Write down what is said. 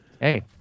hey